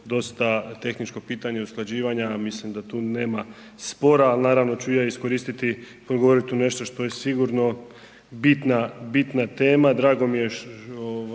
dosta tehničko pitanje usklađivanja, mislim da tu nema spora ali ću i ja iskoristiti progovoriti o nešto što je sigurno bitna tema.